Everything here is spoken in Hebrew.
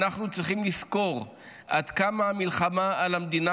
אנחנו צריכים לזכור עד כמה המלחמה על המדינה